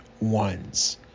ones